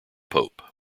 pope